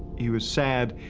he was sad,